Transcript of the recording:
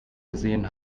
gesehen